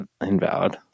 invalid